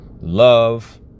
love